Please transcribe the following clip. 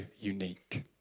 unique